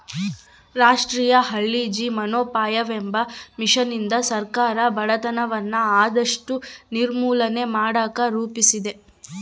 ರಾಷ್ಟ್ರೀಯ ಹಳ್ಳಿ ಜೀವನೋಪಾಯವೆಂಬ ಮಿಷನ್ನಿಂದ ಸರ್ಕಾರ ಬಡತನವನ್ನ ಆದಷ್ಟು ನಿರ್ಮೂಲನೆ ಮಾಡಕ ರೂಪಿಸಿದೆ